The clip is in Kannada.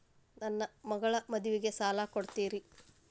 ನನ್ನ ಮಗಳ ಮದುವಿಗೆ ಸಾಲ ಕೊಡ್ತೇರಿ?